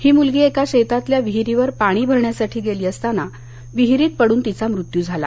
ही मुलगी एका शेतातील विहिरीवर पाणी भरण्यासाठी गेली असता विहिरीत पडुन तिचा मृत्यू झाला